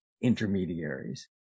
intermediaries